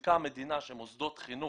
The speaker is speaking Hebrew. שמחזיקה המדינה שהם מוסדות חינוך